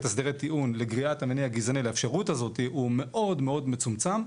הסדרי טיעון לגריעת המניע הגזעני לאפשרות הזאת הוא מאוד-מאוד מצומצם.